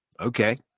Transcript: Okay